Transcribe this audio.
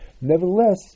nevertheless